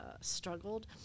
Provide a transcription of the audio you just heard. struggled